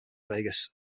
vegas